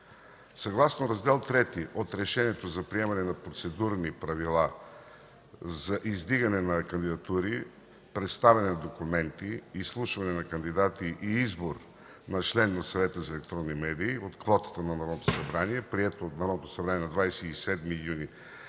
Съгласно Раздел ІІІ от Решението за приемане на Процедурни правила за издигане на кандидатури, представяне на документи, изслушване на кандидати и избор на член на Съвета за електронни медии от квотата на Народното събрание, прието от Народното събрание на 27 юни